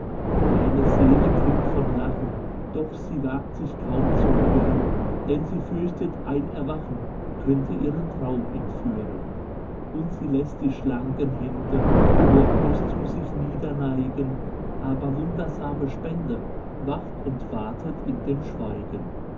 meine seele klingt von lachen doch sie wagt sich kaum zu rühren denn sie fürchtet ein erwachen könnte ihren traum entführen und sie läßt die schlanken hände wortlos zu sich niederneigen aber wundersame spende wacht und wartet in dem schweigen